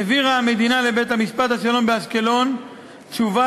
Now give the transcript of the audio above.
העבירה המדינה לבית-משפט השלום באשקלון תשובה